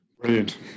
Brilliant